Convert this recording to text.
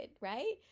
right